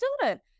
student